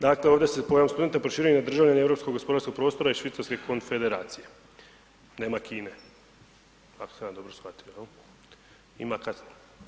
Dakle, ovdje se pojam studenta proširuje i na državljane Europskog gospodarskog prostora i Švicarske Konfederacije, nema Kine ako sam ja dobro shvatio jel.